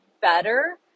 better